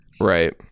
Right